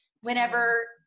whenever